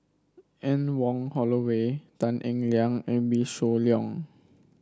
Anne Wong Holloway Tan Eng Liang and Wee Shoo Leong